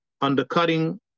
undercutting